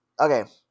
Okay